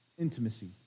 Intimacy